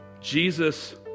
Jesus